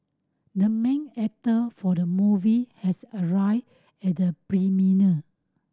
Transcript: the main actor for the movie has arrived at the premiere